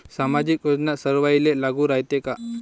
सामाजिक योजना सर्वाईले लागू रायते काय?